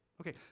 Okay